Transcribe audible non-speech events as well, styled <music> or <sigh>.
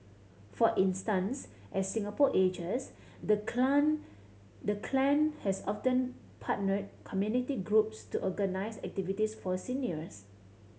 for instance as Singapore ages the <unintelligible> the clan has often partnered community groups to organise activities for seniors